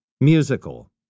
Musical